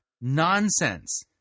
nonsense